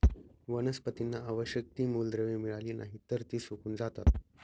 वनस्पतींना आवश्यक ती मूलद्रव्ये मिळाली नाहीत, तर ती सुकून जातात